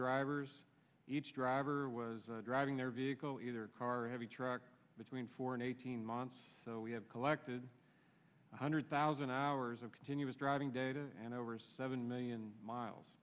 drivers each driver was driving their vehicle either car every truck between four and eighteen months so we have collected one hundred thousand hours of continuous driving data and over seven million miles